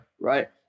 right